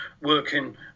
working